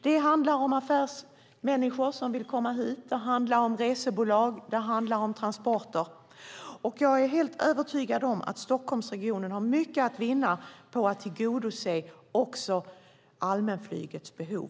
Det handlar om affärsmänniskor som vill komma hit, det handlar om resebolag, det handlar om transporter. Jag är helt övertygad om att Stockholmsregionen har mycket att vinna på att tillgodose också allmänflygets behov.